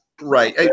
Right